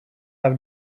have